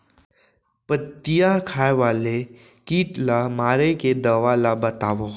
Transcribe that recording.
पत्तियां खाए वाले किट ला मारे के दवा ला बतावव?